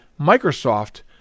Microsoft